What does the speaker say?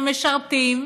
שמשרתים,